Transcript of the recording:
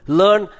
learn